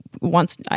wants